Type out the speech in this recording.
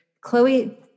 Chloe